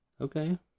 Okay